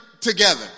together